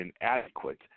inadequate